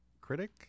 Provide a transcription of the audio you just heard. Critic